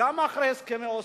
גם אחרי הסכמי אוסלו,